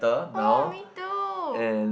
oh me too